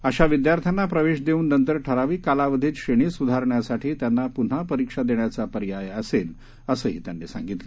अशा विद्यार्थ्यांना प्रवेश देऊन नंतर ठराविक कालावधीत श्रेणी सुधाराण्यासाठी त्यांना पुन्हा परिक्षा देण्याचा पर्याय असेल असंही त्यांनी सांगितलं